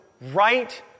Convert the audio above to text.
right